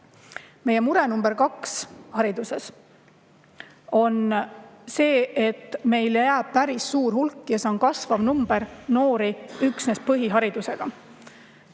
lepime. Mure nr 2 hariduses on see, et meil jääb päris suur hulk – ja see on kasvav number – noori üksnes põhiharidusega.